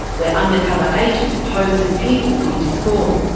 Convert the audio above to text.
where undercover agents posed as people looking to score.